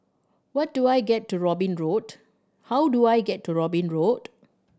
what do I get to Robin Road how do I get to Robin Road